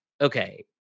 okay